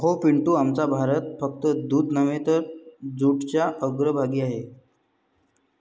अहो पिंटू, आमचा भारत फक्त दूध नव्हे तर जूटच्या अग्रभागी आहे